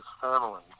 family